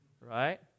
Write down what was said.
right